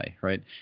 right